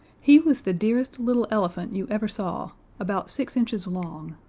he was the dearest little elephant you ever saw about six inches long.